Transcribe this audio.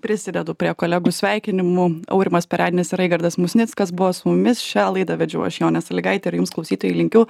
prisidedu prie kolegų sveikinimų aurimas perednis raigardas musnickas buvo su mumis šią laidą vedžiau aš jonė salygaitė ir jums klausytojai linkiu